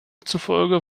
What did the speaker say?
zufolge